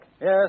Yes